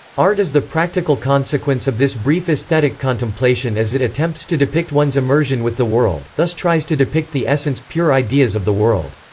art is the practical consequence of this brief aesthetic contemplation as it attempts to depict one's immersion with the world, thus tries to depict the essence pure ideas of the world.